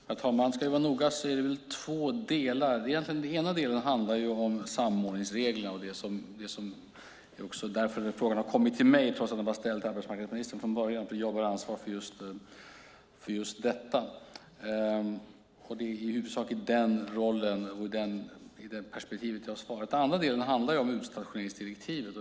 Herr talman! Ska vi vara noga är det två delar. Den ena delen handlar om samordningsreglerna. Det är därför frågan har kommit till mig trots att den var ställd till arbetsmarknadsministern från början. Jag har ansvar för just detta. Det är i huvudsak i den rollen och i det perspektivet jag har svarat. Den andra delen handlar om utstationeringsdirektivet.